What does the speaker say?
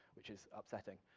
which is upsetting.